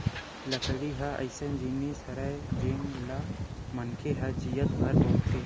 लकड़ी ह अइसन जिनिस हरय जेन ल मनखे ह जियत भर बउरथे